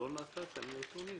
לא נתתם נתונים.